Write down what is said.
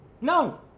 No